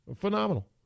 Phenomenal